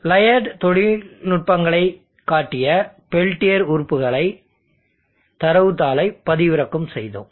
layered தொழில்நுட்பங்களைக் காட்டிய Peltier உறுப்புக்கான தரவுத்தாளை பதிவிறக்கம் செய்தோம்